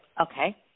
Okay